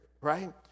right